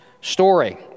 story